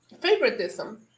favoritism